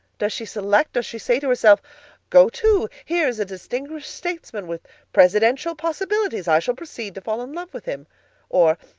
does she select? does she say to herself go to! here is a distinguished statesman with presidential possibilities i shall proceed to fall in love with him or,